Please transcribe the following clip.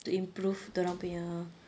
to improve dorang punya